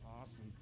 awesome